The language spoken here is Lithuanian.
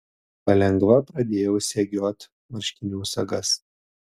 palengva pradėjau segiot marškinių sagas